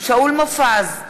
שאול מופז,